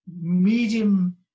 medium